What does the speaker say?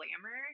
glamour